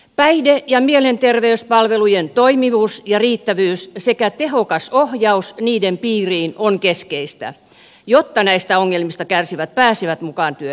päihde ja mielenterveyspalvelujen toimivuus ja riittävyys sekä tehokas ohjaus niiden piiriin on keskeistä jotta näistä ongelmista kärsivät pääsevät mukaan työelämään